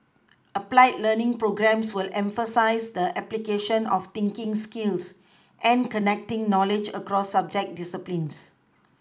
applied learning programmes will emphasise the application of thinking skills and connecting knowledge across subject disciplines